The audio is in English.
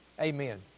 Amen